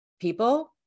people